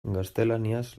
gaztelaniaz